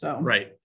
Right